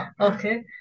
Okay